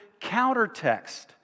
countertext